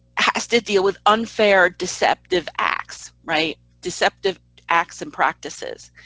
has to deal with unfair deceptive acts, right? deceptive acts and practices.